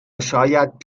شاید